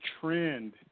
trend